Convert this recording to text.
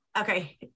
Okay